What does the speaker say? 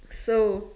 so